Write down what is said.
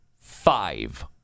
five